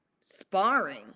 sparring